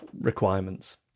requirements